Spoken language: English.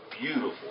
beautiful